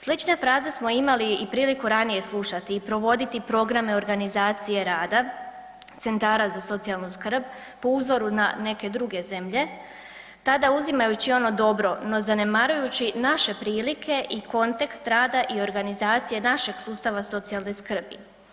Slične fraze smo imali i priliku ranije slušati i provoditi programe organizacije rada centara za socijalnu skrb po uzoru na neke druge zemlje, tada uzimajući ono dobro no zanemarujući naše prilike i kontekst rada i organizacije našeg sustava socijalne skrbi.